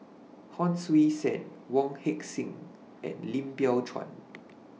Hon Sui Sen Wong Heck Sing and Lim Biow Chuan